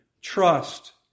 trust